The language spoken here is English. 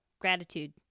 gratitude